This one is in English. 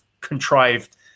contrived